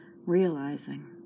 realizing